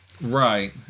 Right